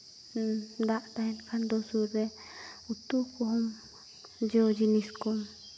ᱫᱟᱜ ᱛᱟᱦᱮᱱ ᱠᱷᱟᱱ ᱫᱚ ᱥᱩᱨ ᱨᱮ ᱩᱛᱩ ᱠᱚᱦᱚᱸ ᱡᱚ ᱡᱤᱱᱤᱥ ᱠᱚ